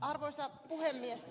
arvoisa puhemies